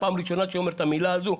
פעם הראשונה שאני אומר את המילה הזו.